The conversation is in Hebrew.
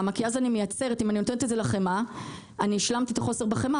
כי אם אני נותנת את זה לחמאה השלמתי את החוסר בחמאה